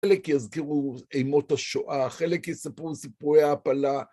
חלק יזכרו אימות השואה, חלק יספרו סיפורי העפלה.